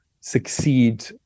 succeed